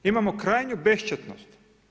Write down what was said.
Imamo krajnju bešćutnost.